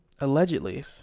allegedly